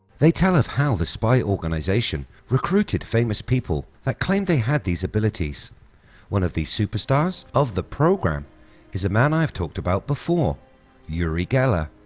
they tell of how the spy organization recruited famous people that claimed they had these abilities one of the superstars of the program is man i have talked about before uri gellar.